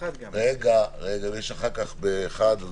אחר כך ב-13:00 יש דיון,